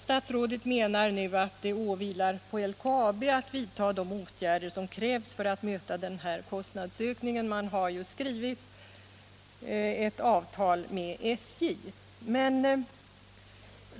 Statsrådet menar nu att det åvilar LKAB att vidta de åtgärder som krävs för att möta kostnadsökningen; man har ju skrivit ett avtal med SJ.